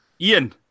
Ian